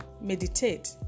meditate